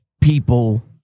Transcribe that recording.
people